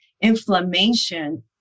inflammation